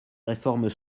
réformes